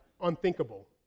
unthinkable